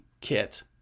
kit